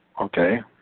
Okay